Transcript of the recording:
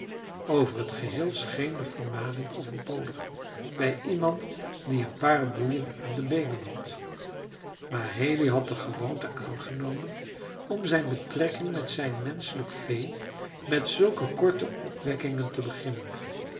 over het geheel scheen de vermaning overbodig bij iemand die een paar boeien aan de beenen had maar haley had de gewoonte aangenomen om zijn betrekking met zijn menschelijk vee met zulke korte opwekkingen te beginnen